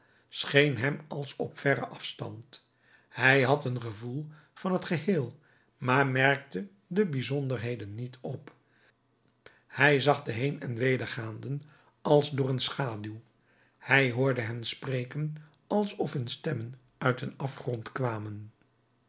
scheen hem als op verren afstand hij had een gevoel van het geheel maar merkte de bijzonderheden niet op hij zag de heen en weder gaanden als door een schaduw hij hoorde hen spreken alsof hun stemmen uit een afgrond kwamen